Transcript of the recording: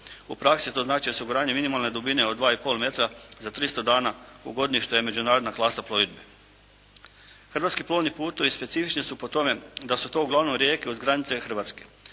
U praksi to znači osiguranje minimalne dubine od 2 i pol metra za 300 dana u godini što je međunarodna klasa plovidbe. Hrvatski plovni putovi specifični su po tome da su to uglavnom rijeke uz granice Hrvatske.